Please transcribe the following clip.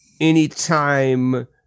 anytime